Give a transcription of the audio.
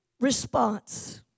response